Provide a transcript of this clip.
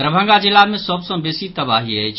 दरभंगा जिला मे सभ सँ बेसी तबाही अछि